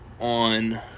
on